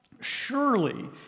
Surely